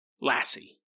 Lassie